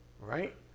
Right